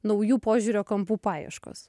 naujų požiūrio kampų paieškos